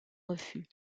refus